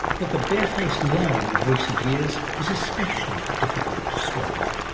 but the barefaced lying of recent years is especially difficult to swallow.